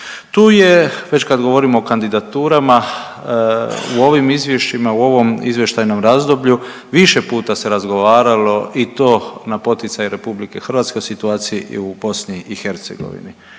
Tu je već kad govorimo o kandidaturama u ovim izvješćima, u ovom izvještajnom razdoblju, više puta se razgovaralo i to na poticaj RH o situaciji i u BiH